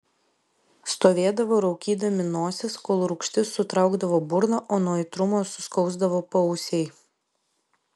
stovėdavo raukydami nosis kol rūgštis sutraukdavo burną o nuo aitrumo suskausdavo paausiai